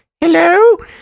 Hello